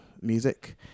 Music